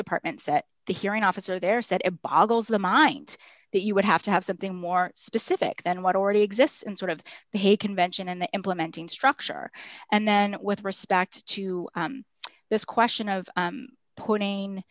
department set the hearing officer there said it boggles the mind that you would have to have something more specific than what already exists in sort of the hague convention and the implementing structure and then with respect to this question of putting